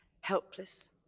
helpless